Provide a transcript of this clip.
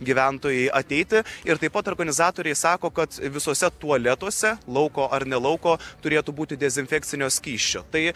gyventojai ateiti ir taip pat organizatoriai sako kad visuose tualetuose lauko ar ne lauko turėtų būti dezinfekcinio skysčio tai